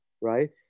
right